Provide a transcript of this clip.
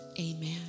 Amen